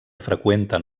freqüenten